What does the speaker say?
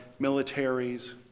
militaries